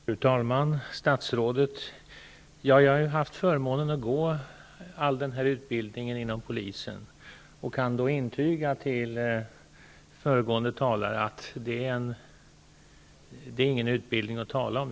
Fru talman! Statsrådet! Jag har haft förmånen att gå all den här utbildningen inom polisen, och jag kan intyga att det inte är någon utbildning att tala om.